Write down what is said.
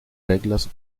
reglas